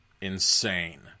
insane